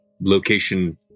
location